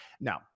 now